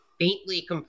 faintly